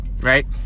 right